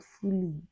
fully